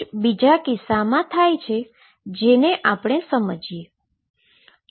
આવું જ બીજા કિસ્સામાં થાય છે જેને હવે આપણે સમજીએ